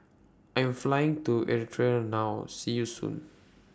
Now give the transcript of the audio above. I Am Flying to Eritrea now See YOU Soon